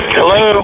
Hello